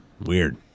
weird